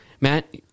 Matt